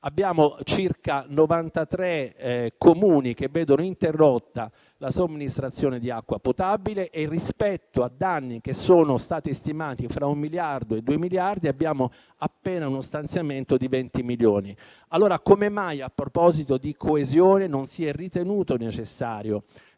siccità, circa 93 Comuni vedono interrotta la somministrazione di acqua potabile e rispetto a danni che sono stati stimati fra uno e due miliardi, abbiamo uno stanziamento di appena 20 milioni. Come mai, a proposito di coesione, non si è ritenuto necessario